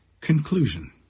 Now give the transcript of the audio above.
Conclusion